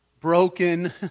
broken